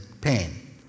pain